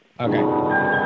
Okay